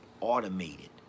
automated